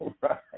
Right